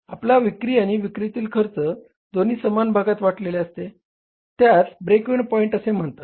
आपला विक्री आणि विक्री खर्च दोन्ही समान भागात वाटलेले असते त्यास ब्रेक इव्हन पॉईंट असे म्हणतात